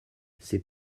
ses